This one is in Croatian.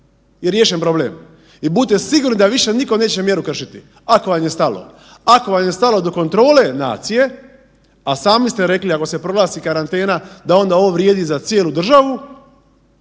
i riješen problem i budite sigurni da više nitko neće mjeru kršiti, ako vam je stalo. Ako vam je stalo do kontrole nacije, a sami ste rekli ako se proglasi karantena da onda ovo vrijedi za cijelu državu,